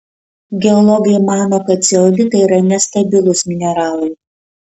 geologai mano kad ceolitai yra nestabilūs mineralai